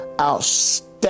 outstanding